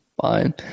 fine